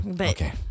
Okay